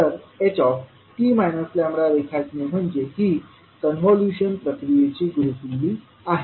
तर ht λ रेखाटने म्हणजे ही कॉन्व्होल्यूशन प्रक्रियेची गुरुकिल्ली आहे